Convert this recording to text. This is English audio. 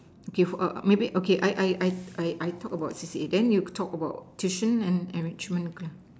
okay for maybe okay I I I I talk about C_C_A then you talk about tuition and enrichment